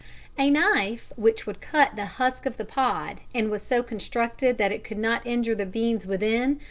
a knife which would cut the husk of the pod and was so constructed that it could not injure the beans within,